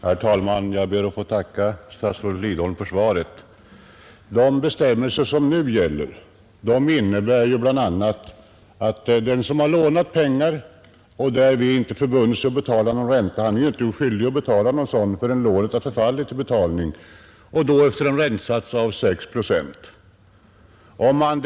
Herr talman! Jag ber att få tacka statsrådet Lidbom för svaret. De bestämmelser som nu gäller innebär ju bl.a. att den som lånat pengar och därvid inte förbundit sig att betala någon ränta inte är skyldig att betala sådan förrän lånet förfallit till betalning och då efter en räntesats av 6 procent.